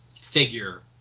figure